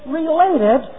related